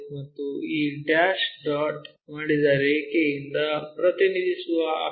ಮತ್ತು ಈ dash dot ಮಾಡಿದ ರೇಖೆಯಿಂದ ಪ್ರತಿನಿಧಿಸುವ ಅಕ್ಷ